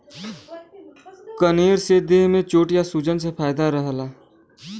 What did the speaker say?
कनेर से देह में चोट या सूजन से फायदा रहला